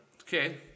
Okay